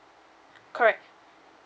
correct